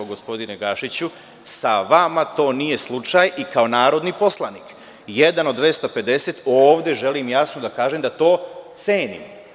Gospodine Gašiću, sa vama to nije slučaj i kao narodni poslanik, jedan od 250, ovde želim jasno da kažem da to cenim.